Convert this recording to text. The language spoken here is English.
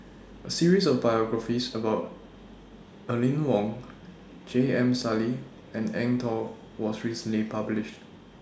A series of biographies about Aline Wong J M Sali and Eng Tow was recently published